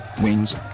Wings